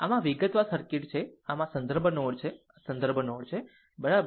આમ આ વિગતવાર સર્કિટ છે આમ આ આ સંદર્ભ નોડ છે આ સંદર્ભ નોડ છે બરાબર